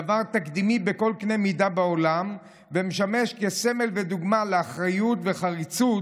דבר תקדימי בכל קנה מידה בעולם ומשמש כסמל ודוגמה לאחריות וחריצות,